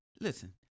Listen